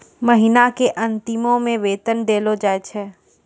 महिना के अंतिमो मे वेतन देलो जाय छै